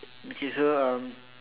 okay so um